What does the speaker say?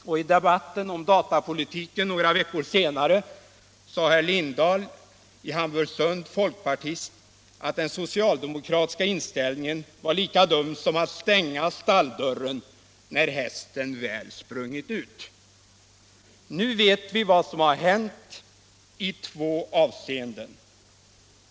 Och i debatten om datapolitiken några veckor senare sade herr Lindahl i Hamburgsund att den socialdemokratiska inställningen var lika dum som att stänga stalldörren när hästen väl sprungit ut. Nu vet vi vad som har hänt i två avseenden.